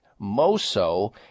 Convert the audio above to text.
Moso